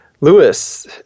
Lewis